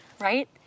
right